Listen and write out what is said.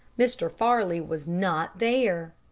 mr. farley was not there!